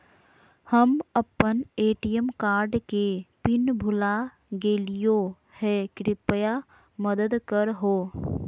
हम अप्पन ATM card के पिन भुला गेलिओ हे कृपया मदद कर हो